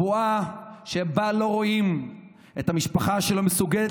הבועה שבה לא רואים את המשפחה שלא מסוגלת